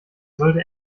sollte